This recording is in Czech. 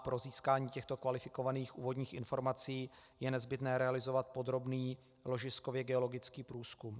Pro získání těchto kvalifikovaných úvodních informací je nezbytné realizovat podrobný ložiskově geologický průzkum.